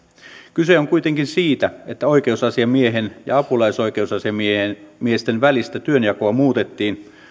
kyse on kuitenkin siitä että oikeusasiamiehen ja apulaisoikeusasiamiesten välistä työnjakoa muutettiin